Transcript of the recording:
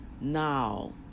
now